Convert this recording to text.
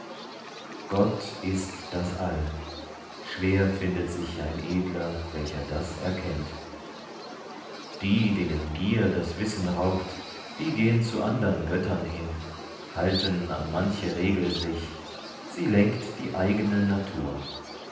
gott ist das all schwer findet sich ein edler welcher das erkennt die denen gier das wissen raubt die gehn zu andern göttern hin halten an manche regel sich sie lenkt die eigene natur